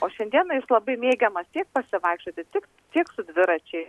o šiandieną jis labai mėgiamas tiek pasivaikščioti tik tiek su dviračiai